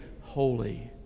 holy